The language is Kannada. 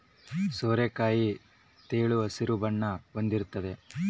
ಸೋರೆಕಾಯಿ ತೆಳು ಹಸಿರು ಬಣ್ಣ ಹೊಂದಿರ್ತತೆ